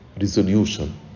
resolution